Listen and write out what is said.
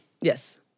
Yes